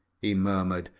he murmured,